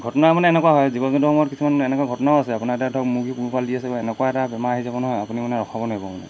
ঘটনা মানে এনেকুৱা হয় জীৱ জন্তুসমূহত কিছুমান এনেকুৱা ঘটনাও আছে আপোনাৰ এটা ধৰক মুৰ্গী পোহপাল দি আছে বা এনেকুৱা এটা বেমাৰ আহি যাব নহয় আপুনি মানে ৰখাব নোৱাৰিব মানে